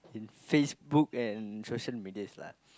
in Facebook and social medias lah